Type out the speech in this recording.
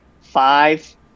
five